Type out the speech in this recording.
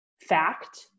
fact